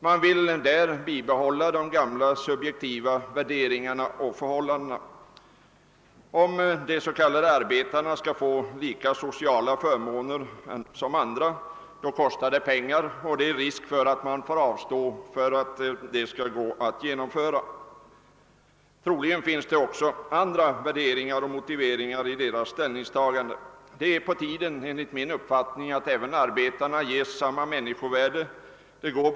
Man vill bibehålla de gamla, subjektiva värderingarna och de hävdvunna förhållandena. Om de s.k. arbetarna skall få samma sociala förmåner som andra kostar det pengar, och det är risk för att man får avstå från någonting för att det skall gå att genomföra. Troligen finns det också andra värderingar och motiveringar bakom moderata samlingspartiets ställningstagande. Enligt min uppfattning är det på tiden att arbetarna ges samma människovärde som andra.